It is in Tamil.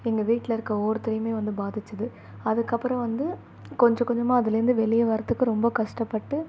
எங்கள் வீட்டில இருக்க ஒவ்வொருத்தரையுமே வந்து பாதிச்சது அதுக்கப்புறம் வந்து கொஞ்ச கொஞ்சமாக அதுலேருந்து வெளியே வர்றதுக்கு ரொம்ப கஸ்டப்பட்டு